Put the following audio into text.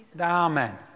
Amen